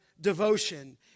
devotion